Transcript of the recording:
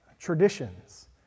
traditions